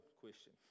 question